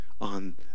on